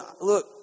look